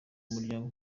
muryango